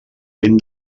ben